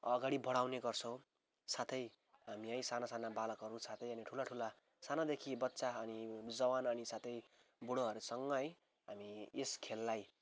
अगाडि बढाउने गर्छौँ साथै हामी है साना साना बालकहरू साथै अनि ठुला ठुला सानादेखि बच्चा अनि जवान अनि साथै बुढोहरूसँग है हामी यस खेललाई